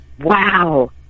Wow